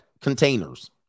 containers